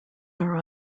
are